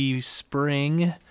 spring